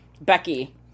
Becky